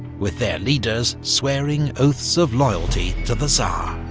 with their leaders swearing oaths of loyalty to the tsar.